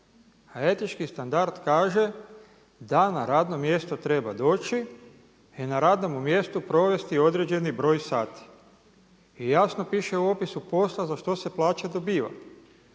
a etički standard kaže da na radno mjesto treba doći i na radnomu mjestu provesti određeni broj sati. I jasno piše u opisu posla za što se plaća dobiva.